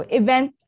event